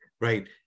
Right